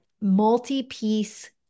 multi-piece